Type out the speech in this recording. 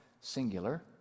singular